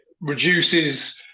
reduces